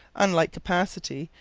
unlike capacity,